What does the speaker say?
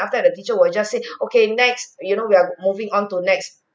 after that the teacher will just say okay next you know we are moving onto next